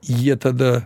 jie tada